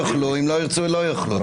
יאכלו, אם לא ירצו לא יאכלו.